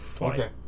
Okay